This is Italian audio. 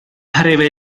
pareva